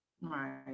Right